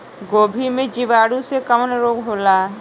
गोभी में जीवाणु से कवन रोग होला?